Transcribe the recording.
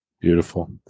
Beautiful